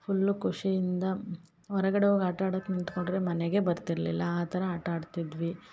full ಖುಷಿಯಿಂದ ಹೊರಗಡೆ ಹೋಗಿ ಆಟ ಆಡಕ್ಕೆ ನಿಂತ್ಕೊಂಡರೆ ಮನೆಗೆ ಬರ್ತಿರಲಿಲ್ಲ ಆ ಥರ ಆಟ ಆಡ್ತಿದ್ವಿ